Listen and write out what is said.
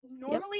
Normally